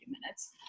minutes